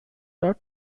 not